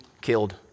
killed